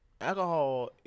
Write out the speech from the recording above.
alcohol